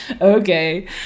okay